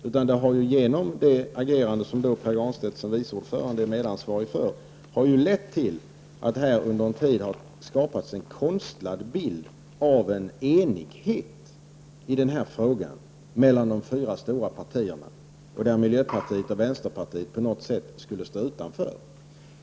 Genom det agerande som Pär Granstedt i sin egenskap av vice ordförande i utskottet är medansvarig för har det under en tid skapats en konstlad bild av enighet i den här frågan mellan de fyra stora partierna, en enighet som miljöpartiet och vänsterpartiet på något sätt står utanför.